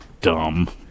dumb